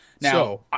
Now